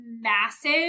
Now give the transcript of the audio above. massive